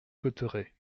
cotterêts